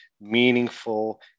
meaningful